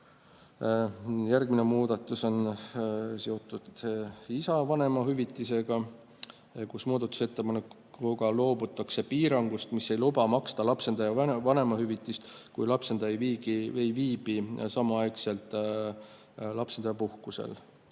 Järgmine muudatus on seotud isa vanemahüvitisega. Muudatusettepanekuga loobutakse piirangust, mis ei luba maksta lapsendaja vanemahüvitist, kui lapsendaja ei viibi samal ajal lapsendajapuhkusel.